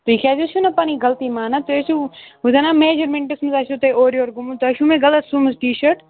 تُہۍ کیٛازِ حظ چھُو نہٕ پَنٕنۍ غلطی مانان تُہۍ حظ چھُو وۄنۍ زَنا میجَرمٮ۪نٛٹَس منٛز آسیو تۄہہِ اورٕ یورٕ گوٚمُت تۄہہِ چھُو مےٚ غلط سُومٕژ ٹی شٲٹ